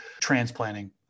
transplanting